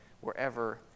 wherever